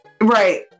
Right